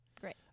great